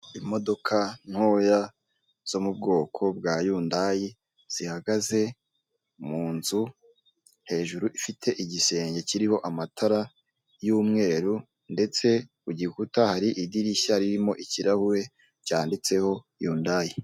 Imodoka ntoya zo mu bwoko bwa yundayi, zihagaze mu nzu hejuru ifite igisenge kiriho amatara y'umweru, ndetse kugikuta hari idirishya ririmo ikirahure cyanditseho yundayi.